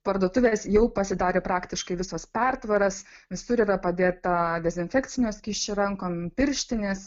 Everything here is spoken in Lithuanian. parduotuvės jau pasidarė praktiškai visos pertvaras visur yra padėta dezinfekcinio skysčio rankom pirštinės